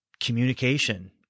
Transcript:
communication